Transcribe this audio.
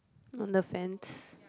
on the fence